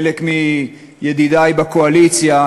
חלק מידידי בקואליציה,